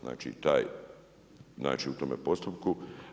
Znači taj, znači u tome postupku.